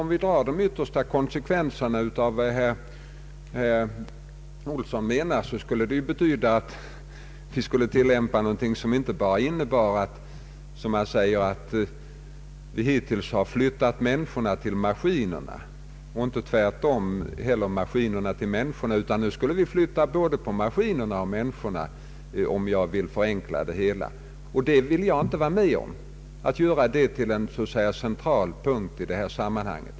Om vi drar de yttersta konsekvenserna av vad herr Olsson menar, skulle det betyda att vi skulle tillämpa en politik som inte bara innebar att vi flyttade människorna till maskinerna eller maskinerna till människorna, utan det skulle innebära att vi skulle flytta både maskinerna och människorna. Jag vill inte vara med om att göra en sådan metod till en central punkt i detta sammanhang.